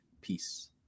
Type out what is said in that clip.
Peace